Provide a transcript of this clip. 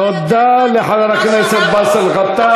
תודה לחבר הכנסת באסל גטאס.